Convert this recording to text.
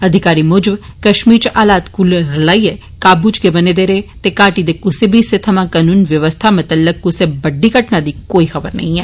अधिकारिक मुजबए कश्मीर च हालातए कुल रलाइयै काबू च गै बने दे रेय ते घाटी दे कुसै बी हिस्से थमां कानून बवस्था मतल्लक कुसै बड्डी घटना दी कोई खबर नेई ऐ